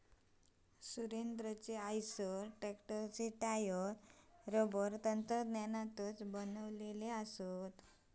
सुरेंद्राचे आईसर ट्रॅक्टरचे tyre rubber तंत्रज्ञानातनाच बनवले हत